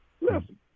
Listen